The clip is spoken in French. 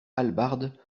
hallebarde